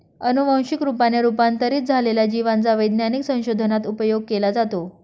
अनुवंशिक रूपाने रूपांतरित झालेल्या जिवांचा वैज्ञानिक संशोधनात उपयोग केला जातो